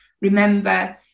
Remember